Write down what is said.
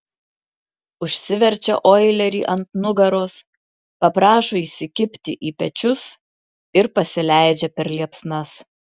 užsiverčia oilerį ant nugaros paprašo įsikibti į pečius ir pasileidžia per liepsnas